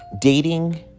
dating